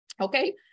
okay